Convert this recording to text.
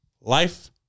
Life